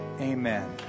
Amen